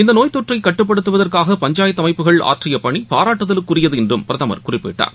இந்தநோய் தொற்றைகட்டுப்படுத்துவதற்காக பஞ்சாயத்துஅமைப்புகள் ஆற்றியபணிபாராட்டுதலுக்குரியதுஎன்றும் பிரதமர் குறிப்பிட்டார்